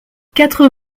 quatre